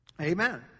amen